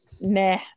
meh